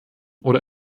oder